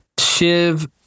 Shiv